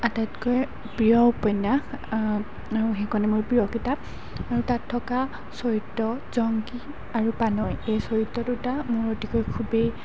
আটাইতকৈ প্ৰিয় উপন্যাস আৰু সেইখনে মোৰ প্ৰিয় কিতাপ আৰু তাত থকা চৰিত্ৰ জংকী আৰু পানৈ এই চৰিত্ৰ দুটা মোৰ অতিকৈ খুবেই